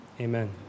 amen